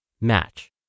Match